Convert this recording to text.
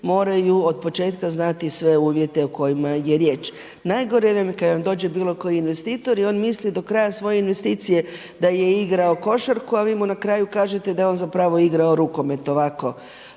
moraju od početka znati sve uvjete o kojima je riječ. Najgore vam je kad vam dođe bilo kojih investitor i on misli do kraja svoje investicije da je igrao košarku a vi mu na kraju kažete da je on zapravo igrao rukomet ovako